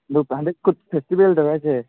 ꯑꯗꯨ ꯍꯟꯗꯛ ꯀꯨꯠ ꯐꯦꯁꯇꯤꯕꯦꯜꯗꯔꯣ ꯍꯥꯏꯁꯦ